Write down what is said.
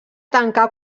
tancar